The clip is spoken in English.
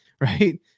Right